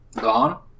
Gone